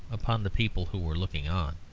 upon the people who were looking on.